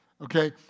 okay